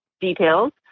details